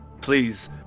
Please